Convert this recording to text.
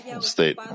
state